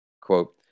Quote